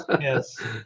yes